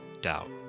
doubt